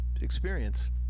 experience